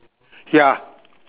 ya